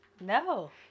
No